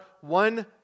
one